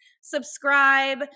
subscribe